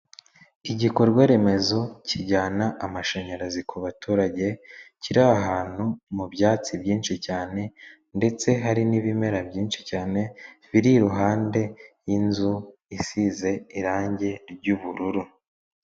Igikorwa remezo kijyana amashanyarazi ku baturage kiri ahantu mu byatsi byinshi cyane ndetse hari n'ibimera byinshi cyane biri iruhande y'inzu isize irangi ry'ubururu.